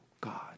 God